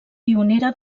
pionera